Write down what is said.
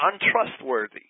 untrustworthy